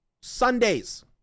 Sundays